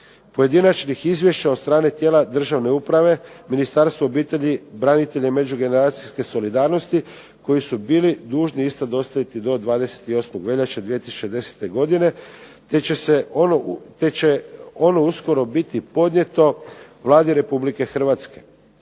pojedinačnih izvješća od strane tijela državne uprave, Ministarstva obitelji, branitelja i međugeneracijske solidarnosti koji su bili dužni isto dostaviti do 28. veljače 2010. godine, te će ono uskoro biti podnijeto Vladi Republike Hrvatske.